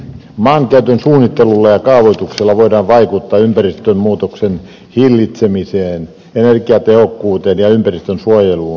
maankäytön suunnittelulla ja kaavoituksella voidaan vaikuttaa ilmastonmuutoksen hillitsemiseen energiatehokkuuteen ja ympäristönsuojeluun